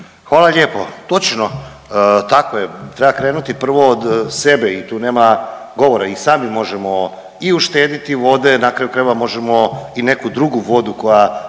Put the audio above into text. Hvala lijepo. Točno, tako je. Treba krenuti prvo od sebe i tu nema govora, i sami možemo i uštediti vode, na kraju krajeva možemo i neku drugu voda koja